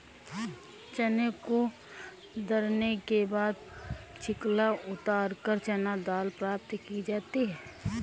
चने को दरने के बाद छिलका उतारकर चना दाल प्राप्त की जाती है